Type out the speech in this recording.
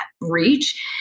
reach